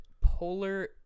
polar